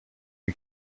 you